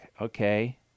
Okay